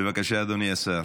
בבקשה, אדוני השר.